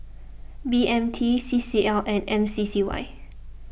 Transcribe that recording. B M T C C L and M C C Y